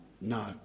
No